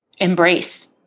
embrace